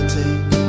take